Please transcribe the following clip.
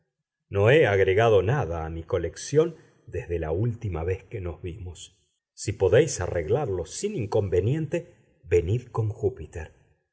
no he agregado nada a mi colección desde la última vez que nos vimos si podéis arreglarlo sin inconveniente venid con júpiter